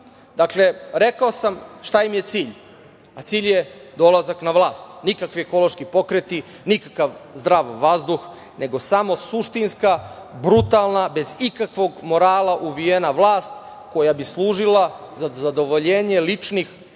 gradi. Rekao sam šta im je cilj, a cilj je dolazak na vlast, nikakvi ekološki pokreti, nikakav zdrav vazduh, nego samo suštinska, brutalna, bez ikakvog morala uvijena vlast, koja bi služila za zadovoljenje ličnih strasti